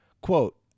quote